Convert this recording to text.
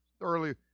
thoroughly